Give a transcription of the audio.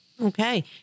Okay